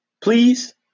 Please